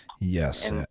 Yes